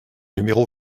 numéro